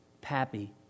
Pappy